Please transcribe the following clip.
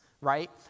right